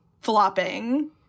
flopping